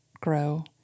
grow